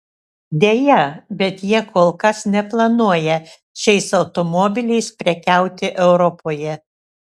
deja bet jie kol kas neplanuoja šiais automobiliais prekiauti europoje